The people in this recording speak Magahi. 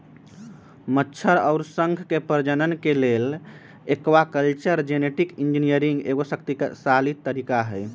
मछर अउर शंख के प्रजनन के लेल एक्वाकल्चर जेनेटिक इंजीनियरिंग एगो शक्तिशाली तरीका हई